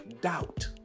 doubt